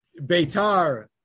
Beitar